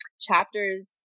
chapters